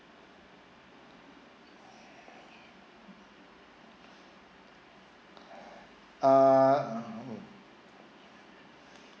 err err